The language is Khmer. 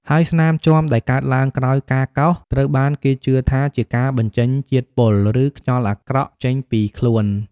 ហើយស្នាមជាំដែលកើតឡើងក្រោយការកោស ត្រូវបានគេជឿថាជាការបញ្ចេញជាតិពុល ឬខ្យល់អាក្រក់ចេញពីខ្លួន។